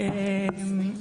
בדיוק.